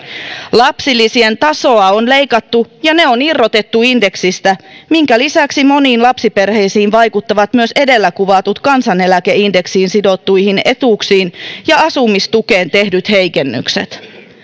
lapsilisien tasoa on leikattu ja ne on irrotettu indeksistä minkä lisäksi moniin lapsiperheisiin vaikuttavat myös edellä kuvatut kansaneläkeindeksiin sidottuihin etuuksiin ja asumistukeen tehdyt heikennykset